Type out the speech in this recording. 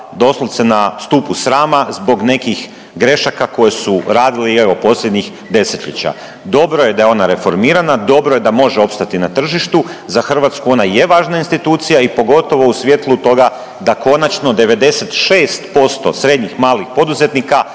doslovce na stupu srama zbog nekih grešaka koje su radili i evo posljednjih desetljeća. Dobro je da je ona reformirana, dobro je da može opstati na tržištu, za Hrvatsku ona je važna institucija i pogotovo u svjetlu toga da konačno 96% srednjih, malih poduzetnika